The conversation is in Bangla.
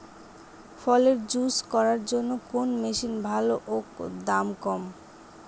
ফলের জুস করার জন্য কোন মেশিন ভালো ও দাম কম?